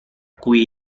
cui